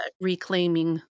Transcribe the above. Reclaiming